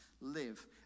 live